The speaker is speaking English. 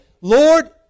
Lord